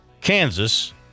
Kansas –